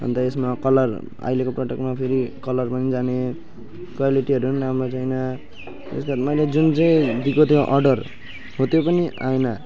अन्त यसमा कलर अहिलेको प्रडक्टमा फेरि कलर पनि जाने क्वालिटीहरू पनि राम्रो छैन त्यसको बाद मैले जुन चाहिँ दिएको थियो अर्डर हो त्यो पनि आएन